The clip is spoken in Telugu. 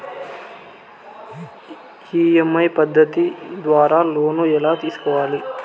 ఇ.ఎమ్.ఐ పద్ధతి ద్వారా లోను ఎలా తీసుకోవాలి